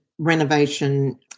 renovation